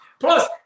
Plus